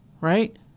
right